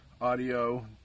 audio